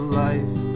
life